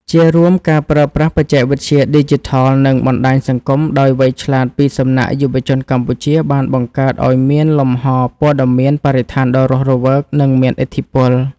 ជារួម ការប្រើប្រាស់បច្ចេកវិទ្យាឌីជីថល និងបណ្ដាញសង្គមដោយវៃឆ្លាតពីសំណាក់យុវជនកម្ពុជា បានបង្កើតឱ្យមានលំហព័ត៌មានបរិស្ថានដ៏រស់រវើក និងមានឥទ្ធិពល។